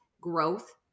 growth